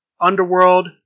Underworld